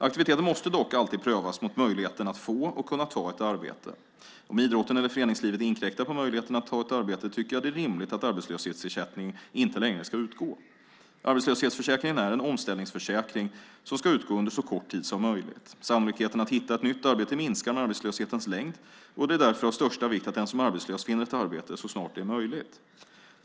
Aktiviteten måste dock alltid prövas mot möjligheten att få och ta ett arbete. Om idrotten eller föreningslivet inkräktar på möjligheten att ta ett arbete tycker jag det är rimligt att arbetslöshetsersättning inte längre ska utgå. Arbetslöshetsförsäkringen är en omställningsförsäkring som ska utgå under så kort tid som möjligt. Sannolikheten att hitta ett nytt arbete minskar med arbetslöshetens längd, och det är därför av största vikt att den som är arbetslös finner ett arbete så snart det är möjligt.